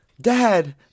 Dad